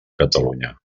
catalunya